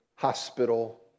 hospital